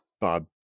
Bob